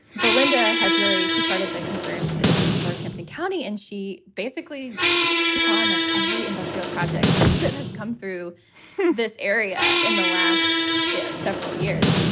belinda has really she started the concerned citizens of northampton county, and she basically took on like every industrial project that has come through this area in the last several years.